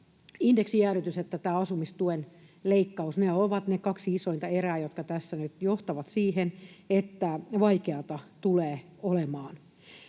indeksijäädytys että asumistuen leikkaus ovat ne kaksi isointa erää, jotka tässä nyt johtavat siihen, että vaikeata tulee olemaan.